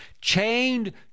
chained